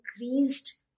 increased